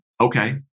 Okay